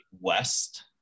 West